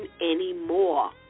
anymore